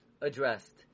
addressed